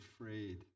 afraid